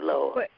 Lord